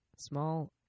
Small